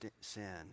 sin